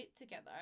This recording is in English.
together